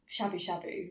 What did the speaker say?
shabu-shabu